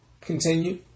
Continue